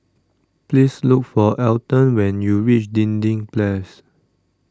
please look for Alton when you reach Dinding Place